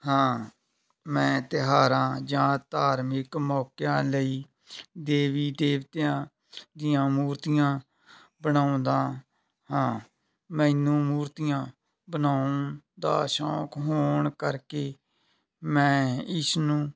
ਹਾਂ ਮੈਂ ਤਿਉਹਾਰਾਂ ਜਾਂ ਧਾਰਮਿਕ ਮੌਕਿਆਂ ਲਈ ਦੇਵੀ ਦੇਵਤਿਆਂ ਦੀਆਂ ਮੂਰਤੀਆਂ ਬਣਾਉਦਾ ਹਾਂ ਮੈਨੂੰ ਮੂਰਤੀਆਂ ਬਣਾਉਣ ਦਾ ਸ਼ੌਕ ਹੋਣ ਕਰਕੇ ਮੈਂ ਇਸ ਨੂੰ